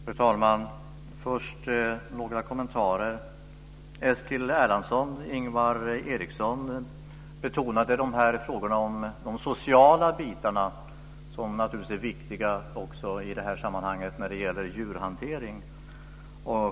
Fru talman! Först har jag några kommentarer. Eskil Erlandsson och Ingvar Eriksson betonade de sociala bitarna, som naturligtvis också är viktiga när det gäller djurhantering.